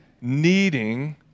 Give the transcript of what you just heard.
needing